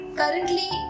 currently